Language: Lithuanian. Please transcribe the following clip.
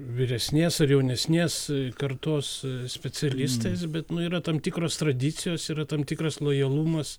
vyresnės ar jaunesnės kartos specialistais bet nu yra tam tikros tradicijos yra tam tikras lojalumas